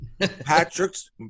patrick's